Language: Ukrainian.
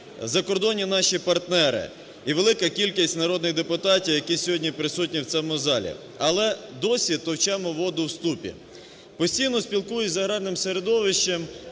закордонні наші партнери і велика кількість народних депутатів, які сьогодні присутні в цьому залі. Але досі товчемо воду в ступі. Постійно спілкуюсь з аграрним середовищем,